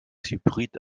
hybrid